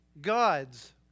gods